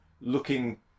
looking